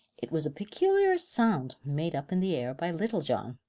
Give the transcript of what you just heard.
it was a peculiar sound made up in the air by little john,